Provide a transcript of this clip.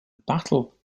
battle